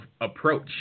approach